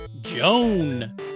Joan